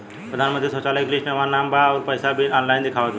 प्रधानमंत्री शौचालय के लिस्ट में हमार नाम बा अउर पैसा भी ऑनलाइन दिखावत बा